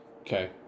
Okay